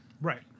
Right